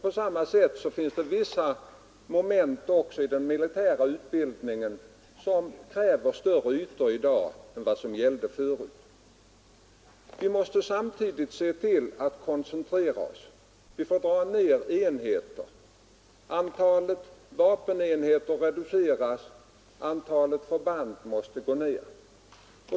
På samma sätt finns det vissa moment också i den militära utbildningen som kräver större ytor i dag än vad som gällt förut. Vi måste samtidigt se till att koncentrera oss. Vi får dra ner antalet enheter. Antalet vapenenheter reduceras, antalet förband måste gå ner.